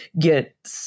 get